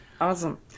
awesome